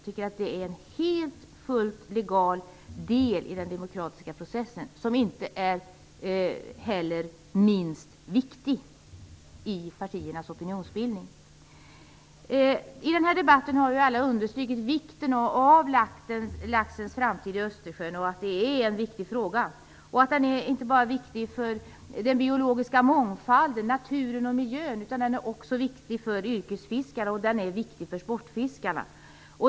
Det är en helt legal del i den demokratiska processen, inte minst viktig i partiernas opinionsbildning. Vi har alla i debatten understrukit att laxens framtid i Östersjön är en viktig fråga. Den är viktig inte bara för den biologiska mångfalden, naturen och miljön utan också för yrkesfiskarna och sportfiskarna.